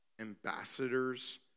ambassadors